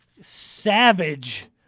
savage